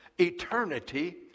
eternity